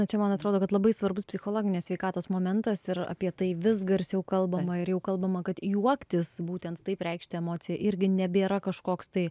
tai čia man atrodo kad labai svarbus psichologinės sveikatos momentas ir apie tai vis garsiau kalbama ir jau kalbama kad juoktis būtent taip reikšti emocijų irgi nebėra kažkoks tai